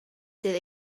sydd